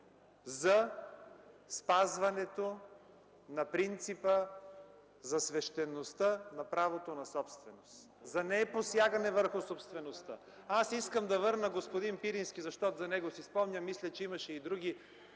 за спазването на принципа за свещеността на правото на собственост, за непосягане върху собствеността. Искам да върна господин Пирински, защото за него си спомням, мисля, че има и други